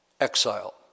exile